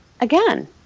again